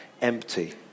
empty